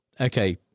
okay